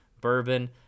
bourbon